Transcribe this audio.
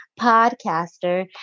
podcaster